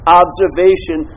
observation